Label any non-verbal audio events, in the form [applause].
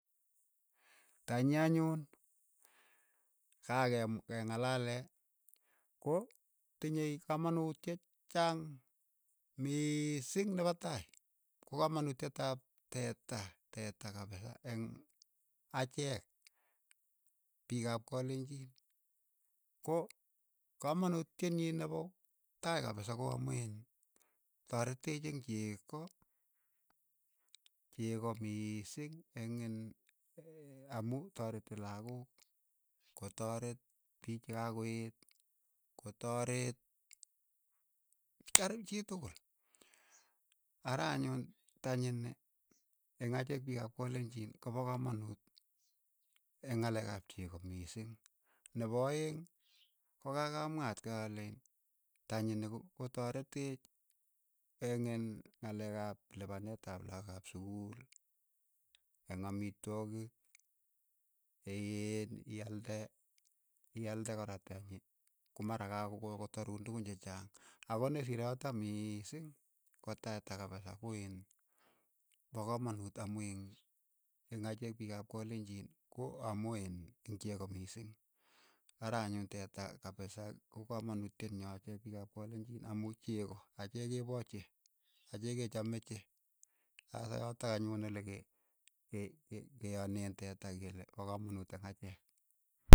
Tanyi anyun, ka kem ke ng'alalee, ko tinye kamanutiet che chang miising nepo tai, ko kamanutiet ap teeta teeta kapisa eng' achek piik ap kalenjiin, ko kamanutiet nyii nepo tai kapisa ko amu iin tareteech eng' cheko, cheko miising eng iin [hesitation] amu taretii lakok ko tareet piich che ka ko eet, ko tareet tareet chii tukul, ara anyun tanyini, eng achek piik ap kalenjin ko pa kamanuut eng' ng'alek ap cheko miising, ne po aeng' ko kakamwaa atkei ale iin tanyini ko- kotareteech eng' in ng'alek ap lipanet ap lakok ap sukul, eng' amitwogik een' iaalde ialde kora tenyi ko mara kako ko taruun tukun che chaang, ako ne siro yotok mising, ko teta kapisa ko iin pa kamanuut amu iin eng' achek piik ap kalenjiin ko amu iin eng cheko mising, ara anyun teta kapisa ko kamanutiet nyo piik ap kalenjin amu cheko achek kepo chee, achek ke chome chee, sasa yotok anyun ole ke- ke- ke an'yen teta kele pa kamanuut eng' achek.